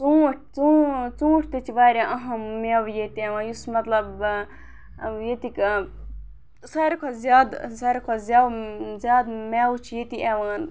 ژوٗںٛٹھۍ ژوٗ ژوٗںٛٹھۍ تہِ چھِ واریاہ اہم میوٕ یِوان ییٚتہِ یُس مطلب ییٚتِکۍ ساروی کھۄتہٕ زیادٕ ساروی کھوتہٕ زٮ۪و زیادٕ میوٕ چھِ ییٚتہِ یِوان